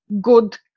good